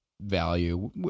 value